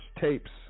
tapes